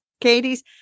Katie's